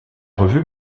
revue